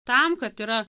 tam kad yra